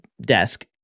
desk